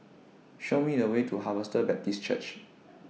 Show Me The Way to Harvester Baptist Church